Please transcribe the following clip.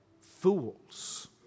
fools